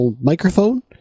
microphone